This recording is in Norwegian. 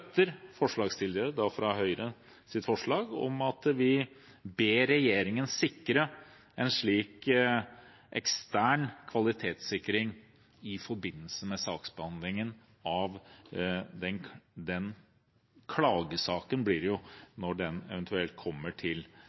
fra Høyre om å be regjeringen sikre en slik ekstern kvalitetssikring i forbindelse med behandlingen av den klagesaken, som det blir, når den eventuelt kommer til